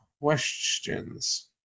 questions